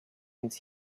its